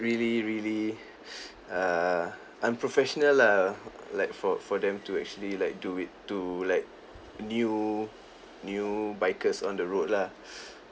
really really err unprofessional lah like for for them to actually like do it to like new new bikers on the road lah